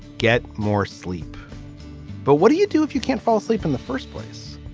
get more sleep but what do you do if you can't fall asleep in the first place?